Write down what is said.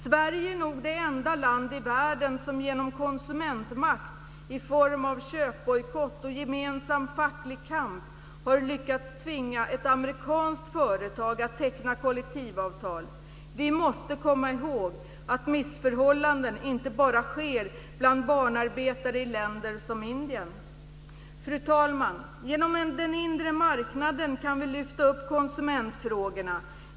Sverige är nog det enda land i världen som genom konsumentmakt i form av köpbojkott och gemensam facklig kamp har lyckats tvinga ett amerikanskt företag att teckna kollektivavtal. Vi måste komma ihåg att missförhållanden inte bara sker bland barnarbetare i länder som Indien. Fru talman! Genom den inre marknaden kan vi lyfta upp konsumentfrågorna.